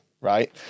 right